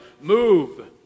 move